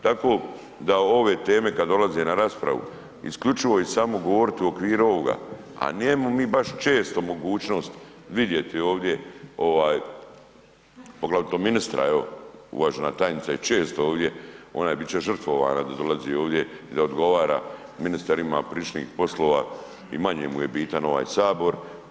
Tako da ove teme kad dolaze na raspravu, isključivo i samo govoriti u okviru ovoga, a nemamo mi baš često mogućnost vidjeti ovaj poglavito ministra, uvažena tajnica je često ovdje, ona bit će žrtvovana da dolazi ovdje i da odgovara, ministar ima pričnih poslova i manje mu je bitan ovaj sabor.